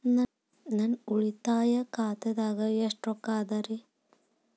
ನನ್ನ ಉಳಿತಾಯ ಖಾತಾದಾಗ ಎಷ್ಟ ರೊಕ್ಕ ಅದ ರೇ?